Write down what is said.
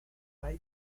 ripe